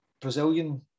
Brazilian